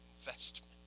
investment